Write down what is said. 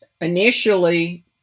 initially